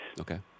Okay